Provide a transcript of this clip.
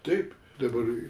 taip dabar